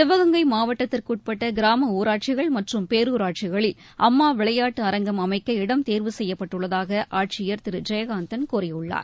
சிவகங்கை மாவட்டத்திற்குட்பட்ட கிராம ஊராட்சிகள் மற்றும் பேருராட்சிகளில் அம்மா விளையாட்டு அரங்கம் அமைக்க இடம் தேர்வு செய்யப்பட்டுள்ளதாக ஆட்சியர் திரு ஜெயகாந்தன் கூறியுள்ளார்